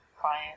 client